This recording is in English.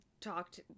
talked